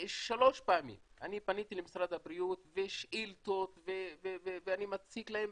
שלוש פעמים אני פניתי למשרד הבריאות ושאילתות ואני מציק להם,